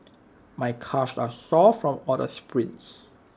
my calves are sore from all the sprints